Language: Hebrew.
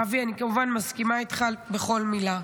אבי, אני כמובן מסכימה איתך בכל מילה.